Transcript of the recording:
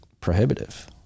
prohibitive